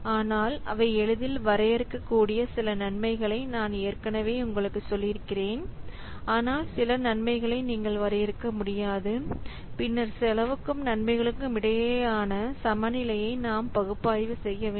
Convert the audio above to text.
ஆனால் அவை எளிதில் வரையறுக்கக்கூடிய சில நன்மைகளை நான் ஏற்கனவே உங்களுக்குச் சொல்லியிருக்கிறேன் ஆனால் சில நன்மைகளை நீங்கள் வரையறுக்க முடியாது பின்னர் செலவுக்கும் நன்மைகளுக்கும் இடையிலான சமநிலையை நாம் பகுப்பாய்வு செய்ய வேண்டும்